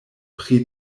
pri